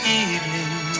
evening